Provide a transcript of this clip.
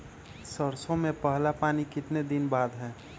सरसों में पहला पानी कितने दिन बाद है?